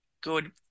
good